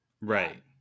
Right